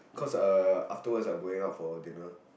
cause a afterwords I'm going out for dinner